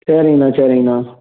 சரிங்ணா சரிங்ணா